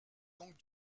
donc